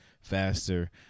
faster